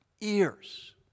ears